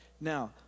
Now